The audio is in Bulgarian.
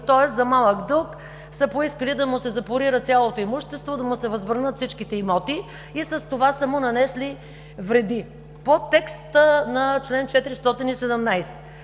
Тоест за малък дълг са поискали да му се запорира цялото имущество, да му се възбранят всичките имоти и с това са му нанесли вреди. По текста на чл. 417.